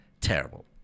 Terrible